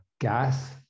gas